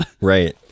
Right